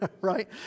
right